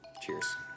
Cheers